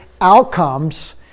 outcomes